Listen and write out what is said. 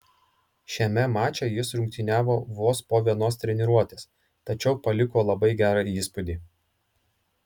šiame mače jis rungtyniavo vos po vienos treniruotės tačiau paliko labai gerą įspūdį